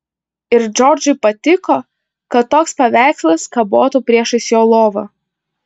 ir džordžui patiko kad toks paveikslas kabotų priešais jo lovą